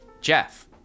Jeff